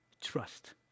trust